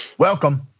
Welcome